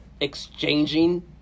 exchanging